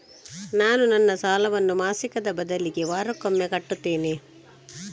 ನಾನು ನನ್ನ ಸಾಲವನ್ನು ಮಾಸಿಕದ ಬದಲಿಗೆ ವಾರಕ್ಕೊಮ್ಮೆ ಕಟ್ಟುತ್ತೇನೆ